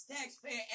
taxpayer